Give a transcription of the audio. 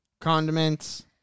Condiments